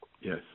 Yes